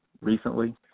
recently